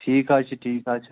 ٹھیٖک حظ چھُ ٹھیٖک حظ چھُ